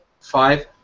Five